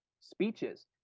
speeches